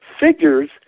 figures